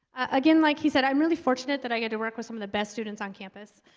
again like he said, i'm really fortunate that i get to work with some of the best students on campus